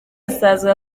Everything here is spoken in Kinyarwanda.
asanzwe